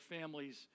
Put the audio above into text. families